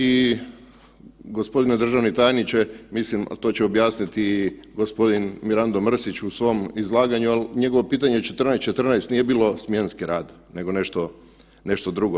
I gospodine državni tajniče, mislim, ali to će objasniti gospodin Mirando Mrsić u svom izlaganju, ali njegovo pitanje 14-14 nije bilo smjenski rad nego nešto drugo.